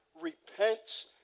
repents